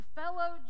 fellow